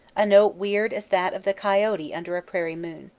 a note weird as that of the coyote under a prairie moon.